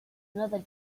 another